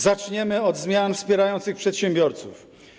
Zaczniemy od zmian wspierających przedsiębiorców.